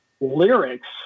lyrics